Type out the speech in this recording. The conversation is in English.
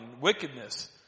wickedness